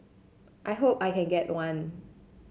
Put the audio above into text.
I hope I can get one